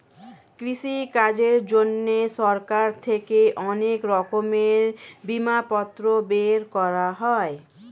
কৃষিকাজের জন্যে সরকার থেকে অনেক রকমের বিমাপত্র বের করা হয়